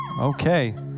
okay